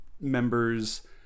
members